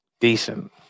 Decent